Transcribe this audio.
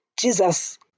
Jesus